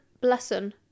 blessing